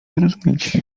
zrozumieć